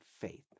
faith